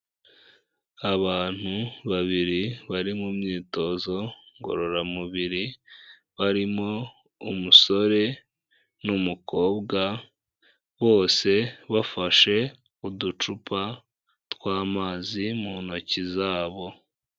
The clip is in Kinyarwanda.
Abantu babiri bari mu myitozo ngororamubiri barimo umusore n'umukobwa bose bafashe uducupa tw'amazi mu ntoki zabo.